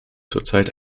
zurzeit